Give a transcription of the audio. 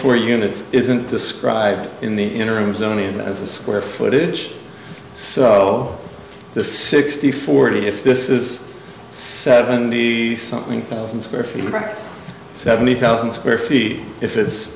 four units isn't described in the interim zone as the square footage so the sixty forty if this is seventy something thousand square feet seventy thousand square feet if it's